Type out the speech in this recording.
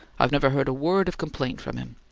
i've never heard a word of complaint from him.